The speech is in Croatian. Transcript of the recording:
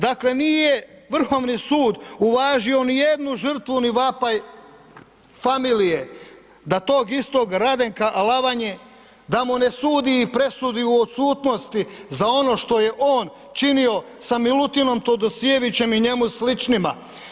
Dakle nije Vrhovni sud uvaži nijednu žrtvu ni vapaj familije da tog istog Radenka Alavanje, da mu n sudi i presudi u odsutnosti za ono što je on činio za Milutinom Todosijevićem i njemu sličnima.